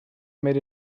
made